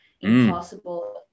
impossible